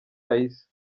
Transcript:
raissa